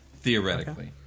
theoretically